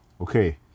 Okay